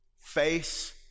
face